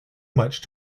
much